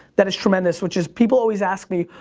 that is tremendous. which is people always ask me,